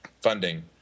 funding